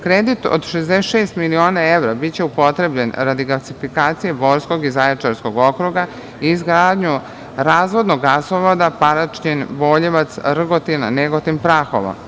Kredit od 66 miliona evra biće upotrebljen radi gasifikacije Borskog i Zaječarskog okruga i izgradnju razvodnog gasovoda Paraćin-Boljevac-Rgotina-Negotin-Prahovo.